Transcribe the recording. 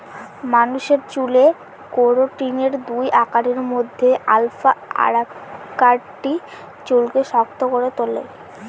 মানুষের চুলে কেরাটিনের দুই আকারের মধ্যে আলফা আকারটি চুলকে শক্ত করে তুলে